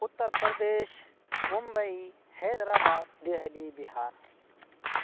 Uttar Pradesh Mumbai Hyderabad Delhi Bihar